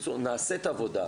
נעשית עבודה.